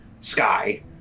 sky